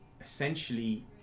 essentially